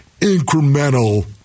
incremental